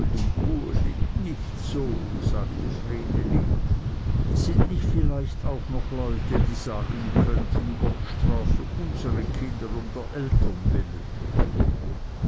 nicht so sagte vreneli sind nicht vielleicht auch noch leute die sagen könnten gott strafe unsere kinder um der eltern willen